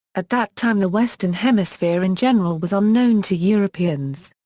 at that time the western hemisphere in general was unknown to europeans.